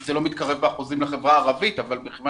זה לא מתקרב באחוזים לחברה הערבית אבל מכיוון